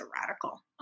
radical